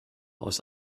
aus